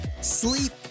sleep